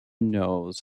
knows